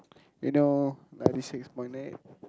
you know ninety six point eight